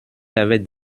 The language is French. avaient